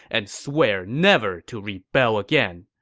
and swear never to rebel again,